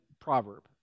proverb